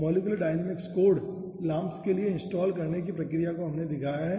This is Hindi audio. मॉलिक्यूलर डायनामिक्स कोड LAMMPS के लिए इंस्टॉल करने की प्रक्रिया को हमने दिखाया है